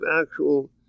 actual